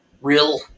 real